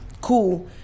Cool